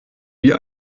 wie